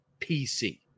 PC